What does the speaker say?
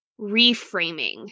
reframing